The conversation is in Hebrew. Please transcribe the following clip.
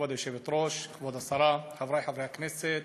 כבוד היושבת-ראש, כבוד השרה, חברי חברי הכנסת,